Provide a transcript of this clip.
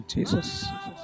Jesus